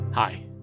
Hi